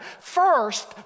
First